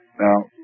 Now